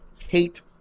hate